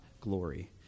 glory